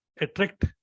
attract